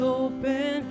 open